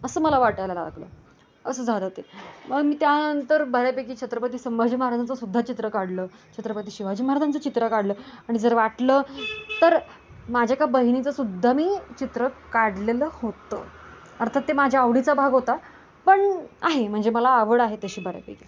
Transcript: असं मला वाटायला लागलं असं झालं ते मग मी त्यानंतर बऱ्यापैकी छत्रपती संभाजी महाराजांचंसुद्धा चित्र काढलं छत्रपती शिवाजी महाराजांचं चित्र काढलं आणि जर वाटलं तर माझ्या एका बहिणीचंसुद्धा मी चित्र काढलेलं होतं अर्थात ते माझ्या आवडीचा भाग होता पण आहे म्हणजे मला आवड आहे तशी बऱ्यापैकी